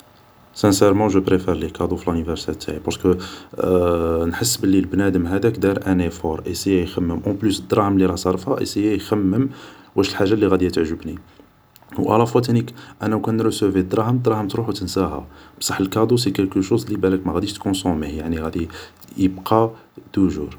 سانسارمون جو بريفار لي كادو في لانيفارسار تاعي بارسكو نحس بلي بنادم هداك دار ان ايفور ، اسيا يخمم ، اون بلوس دراهم اللي راه صارفها ايسيا يخمم واش الحاجة اللي غادية تعجبني و الافوا تانيك انا وكان نروسوفي الدراهم ، الدراهم تروح و تنساها ، بصح الكادو سي كالكو شوز اللي ماغاديش تكونسوميه ، يعني غادي يبقى توجور